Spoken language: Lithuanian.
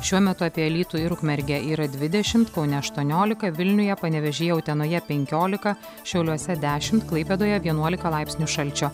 šiuo metu apie alytų ir ukmergę yra dvidešimt kaune aštuoniolika vilniuje panevėžyje utenoje penkiolika šiauliuose dešimt klaipėdoje vienuolika laipsnių šalčio